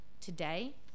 Today